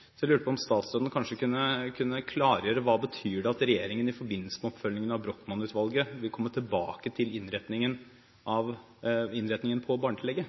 betyr. Jeg lurte på om statsråden kanskje kunne klargjøre hva det betyr at regjeringen i forbindelse med oppfølgingen av Brochmann-utvalget vil komme tilbake til innretningen på barnetillegget.